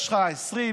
יש לך 20,000,